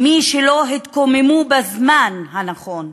מי שלא התקוממו בזמן הנכון,